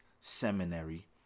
seminary